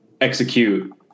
execute